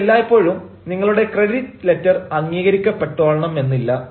പക്ഷേ എല്ലായ്പ്പോഴും നിങ്ങളുടെ ക്രെഡിറ്റ് ലെറ്റർ അംഗീകരിക്കപ്പെട്ടോളാണമെന്നില്ല